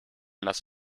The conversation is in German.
las